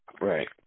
Right